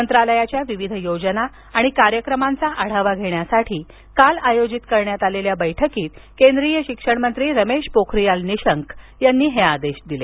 मंत्रालयाच्या विविध योजना आणि कार्यक्रमांचा आढावा घेण्यासाठी काल आयोजित करण्यात आलेल्या बैठकीत केंद्रीय शिक्षणमंत्री रमेश पोखरीयाल निशंक यांनी हे आदेश दिले